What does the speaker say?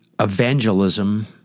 evangelism